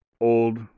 old